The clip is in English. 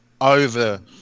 over